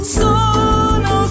sono